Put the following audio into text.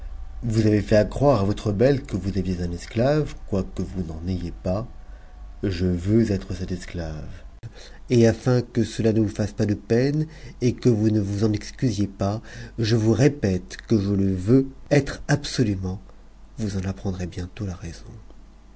vous avez fait accroire à votre belle que vous niez un esclave quoique vous n'en ayez pas je veux être cet et afin que cela ne vous lasse pas de peine et que vous ne mus en excusiez pas je vous répète que je le veux être absolument vous en apprendrez bientôt la raison